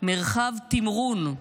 מרחב תמרון,